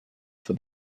for